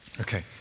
Okay